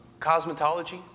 Cosmetology